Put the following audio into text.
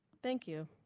thank you.